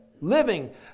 living